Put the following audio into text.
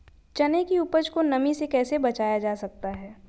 चने की उपज को नमी से कैसे बचाया जा सकता है?